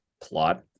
plot